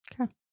Okay